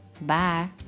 bye